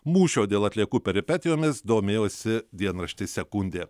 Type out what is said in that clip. mūšio dėl atliekų peripetijomis domėjosi dienraštis sekundė